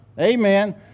Amen